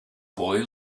boy